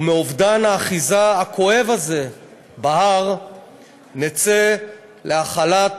מאובדן האחיזה הכואב הזה בהר נצא להחלת